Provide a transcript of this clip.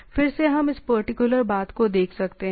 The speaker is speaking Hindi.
फिर से हम इस पर्टिकुलर बात को देख सकते हैं